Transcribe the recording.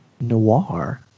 Noir